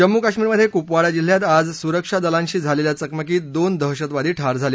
जम्मू कश्मीरमधे कुपवाडा जिल्ह्यात आज सुरक्षा दलांशी झालेल्या चकमकीत दोन दहशतवादी ठार झाले